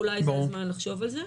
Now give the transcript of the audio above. אולי זה הזמן לחשוב על זה.